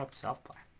ah southpark